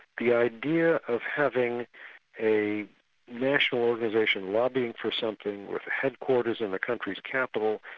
the idea of having a national organisation lobbying for something with headquarters in the country's capital,